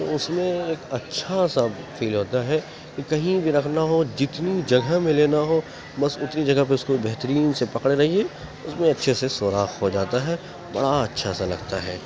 تو اس میں ایک اچھا سا فیل ہوتا ہے کہیں بھی رکھنا ہو جتنی جگہ میں لینا ہو بس اتنی جگہ پہ اس کو بہترین سے پکڑے رہیے اس میں اچھے سے سوراخ ہو جاتا ہے بڑا اچھا سا لگتا ہے